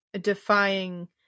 Defying